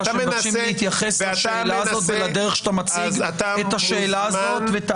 שמבקשים להתייחס לשאלה הזאת ולדרך שאתה מציג את השאלה הזאת.